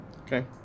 Okay